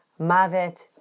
Mavet